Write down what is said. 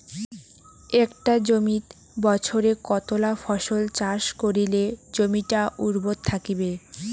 একটা জমিত বছরে কতলা ফসল চাষ করিলে জমিটা উর্বর থাকিবে?